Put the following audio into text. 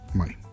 money